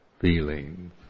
feelings